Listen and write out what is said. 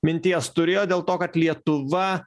minties turėjo dėl to kad lietuva